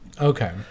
Okay